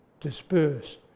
dispersed